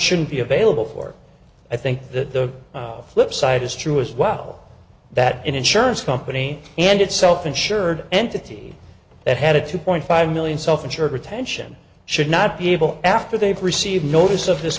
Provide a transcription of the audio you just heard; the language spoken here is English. shouldn't be available for i think the flip side is true as well that an insurance company and its self insured entity that had a two point five million self insured retention should not be able after they've received notice of this